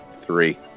three